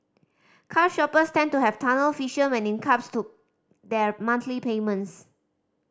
car shoppers tend to have tunnel vision when it comes to their monthly payments